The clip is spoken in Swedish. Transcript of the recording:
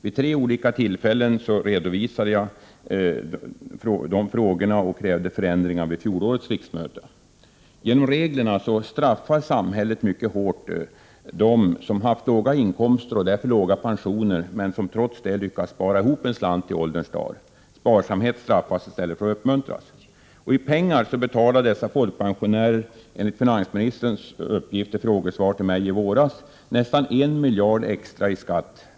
Vid tre olika tillfällen under förra riksmötet redovisade jag dessa frågor och krävde förändringar. Genom regler straffar samhället mycket hårt dem som haft låga inkomster och därför har låg pension men som trots detta har lyckats spara ihop en slant till ålderns dagar. Sparsamhet bestraffas i stället för att uppmuntras. I pengar betalar dessa folkpensionärer enligt en uppgift från finansministern i ett frågesvar till mig i våras nästan en miljard kronor extra i skatt.